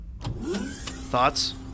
Thoughts